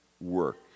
work